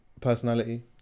Personality